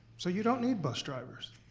so you don't need bus drivers.